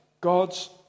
God's